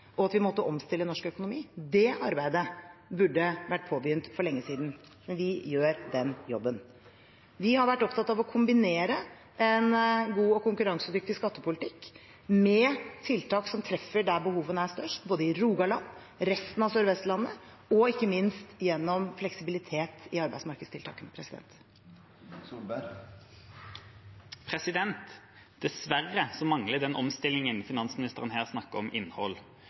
og at vi måtte omstille norsk økonomi. Det arbeidet burde vært påbegynt for lenge siden, men vi gjør den jobben. Vi har vært opptatt av å kombinere en god og konkurransedyktig skattepolitikk med tiltak som treffer der behovene er størst – både i Rogaland og i resten av Sør-Vestlandet – og ikke minst gjennom fleksibilitet i arbeidsmarkedstiltakene. Dessverre mangler den omstillingen finansministeren her snakker om, innhold.